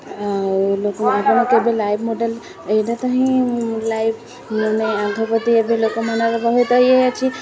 ଆଉ କେବେ live model ଏଇଟା ତ ହିଁ ଲାଇଭ୍ ମାନେ ଆଗ ପ୍ରତି ଏବେ ଲୋକମାନେ ବହୁତ ଇଏ ଅଛି